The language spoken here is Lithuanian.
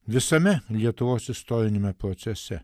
visame lietuvos istoriniame procese